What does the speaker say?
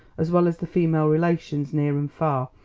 as well as the female relations, near and far,